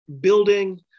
building